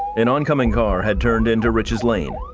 an oncoming car had turned into rich's lane,